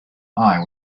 eye